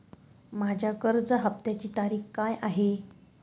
माझ्या कर्ज हफ्त्याची तारीख काय आहे?